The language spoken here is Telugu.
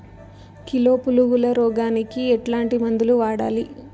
కిలో పులుగుల రోగానికి ఎట్లాంటి మందులు వాడాలి?